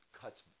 cuts